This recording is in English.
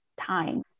time